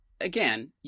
again